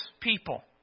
people